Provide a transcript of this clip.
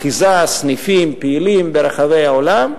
אחיזה, סניפים, פעילים ברחבי העולם.